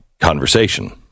conversation